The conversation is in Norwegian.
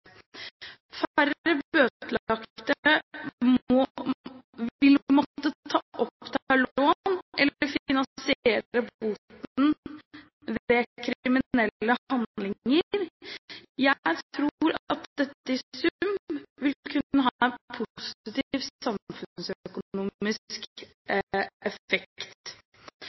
ved kriminelle handlinger. Jeg tror at dette i sum vil kunne ha en positiv samfunnsøkonomisk effekt.